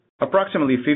Approximately